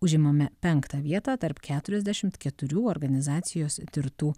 užimame penktą vietą tarp keturiasdešimt keturių organizacijos tirtų